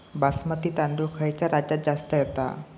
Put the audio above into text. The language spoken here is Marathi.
बासमती तांदूळ खयच्या राज्यात जास्त येता?